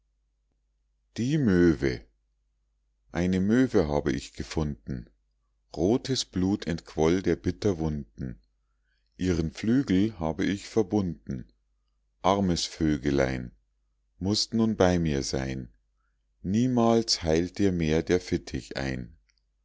die möwe eine möwe habe ich gefunden rotes blut entquoll der bitter wunden ihren flügel habe ich verbunden armes vögelein mußt nun bei mir sein niemals heilt dir mehr der fittich ein